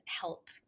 help